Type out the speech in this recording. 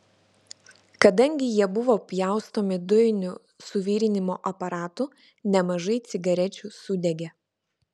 kadangi jie buvo pjaustomi dujiniu suvirinimo aparatu nemažai cigarečių sudegė